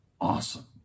Awesome